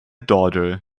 daughter